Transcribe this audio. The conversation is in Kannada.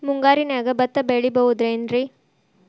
ಮುಂಗಾರಿನ್ಯಾಗ ಭತ್ತ ಬೆಳಿಬೊದೇನ್ರೇ?